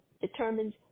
determines